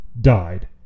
died